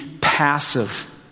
passive